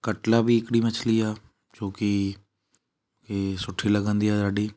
कटला बि हिकिड़ी मछली आहे छोकी हीअ सुठी लॻंदी आहे ॾाढी